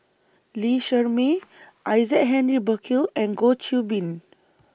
Lee Shermay Isaac Henry Burkill and Goh Qiu Bin